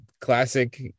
classic